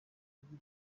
bwo